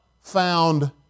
Found